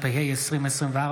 התשפ"ה 2024,